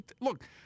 look